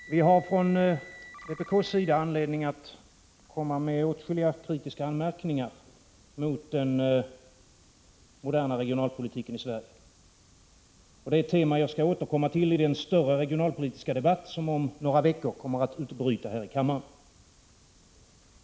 Herr talman! Vi har från vpk:s sida anledning att komma med åtskilliga kritiska anmärkningar mot den moderna regionalpolitiken i Sverige. Det är ett tema som jag skall återkomma till i den större regionalpolitiska debatt som om några veckor kommer att utbryta här i kammaren.